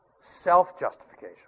Self-justification